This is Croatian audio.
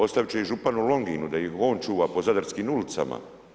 Ostavit će ih županu Longinu da ih on čuva po zadarskim ulicama.